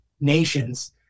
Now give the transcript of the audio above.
nations